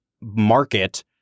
market